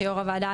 יו"ר הוועדה,